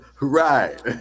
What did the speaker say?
Right